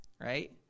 right